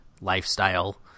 lifestyle